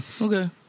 Okay